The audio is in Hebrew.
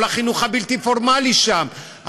כל החינוך הבלתי-פורמלי שם,